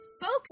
folks